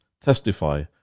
testify